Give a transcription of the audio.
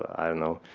i don't know,